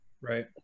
Right